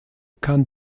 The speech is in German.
kann